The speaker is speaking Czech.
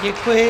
Děkuji.